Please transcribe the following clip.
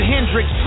Hendrix